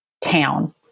town